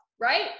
right